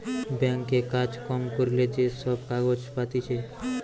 bank এ কাজ কম করিলে যে সব কাগজ পাতিছে